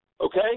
Okay